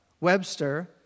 Webster